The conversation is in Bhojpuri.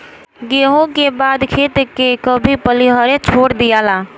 गेंहू के बाद खेत के कभी पलिहरे छोड़ दियाला